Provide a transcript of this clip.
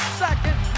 second